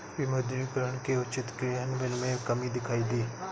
विमुद्रीकरण के उचित क्रियान्वयन में कमी दिखाई दी